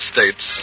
States